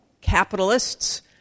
capitalists